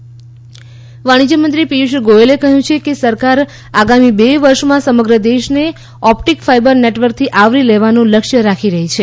પિયુષ ગોયલ વાણિશ્ર્યમંત્રી પિયુષ ગોયલે કહ્યું છે કે સરકાર આગામી બે વર્ષમાં સમગ્ર દેશને ઓપ્ટિક ફાઇબર નેટવર્કથી આવરી લેવાનું લક્ષ્ય રાખી રહી છે